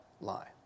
lie